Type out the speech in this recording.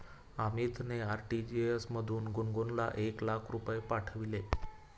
अमितने आर.टी.जी.एस मधून गुणगुनला एक लाख रुपये पाठविले